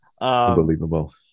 Unbelievable